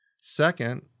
Second